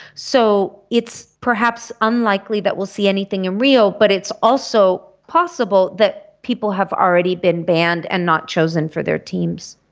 so it's perhaps unlikely that we will see anything in rio, but it's also possible that people have already been banned and not chosen for their teams.